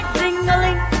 ding-a-ling